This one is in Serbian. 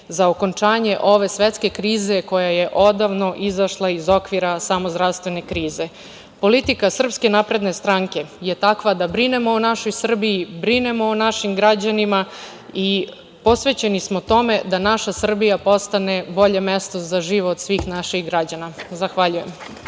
za okončanje ove svetske krize koja je odavno izašla iz okvira samo zdravstvene krize. Politika Srpske napredne stranke je takva da brinemo o našoj Srbiji, brinemo o našim građanima i posvećeni smo tome da naša Srbija postane bolje mesto za život svih naših građana. Zahvaljujem.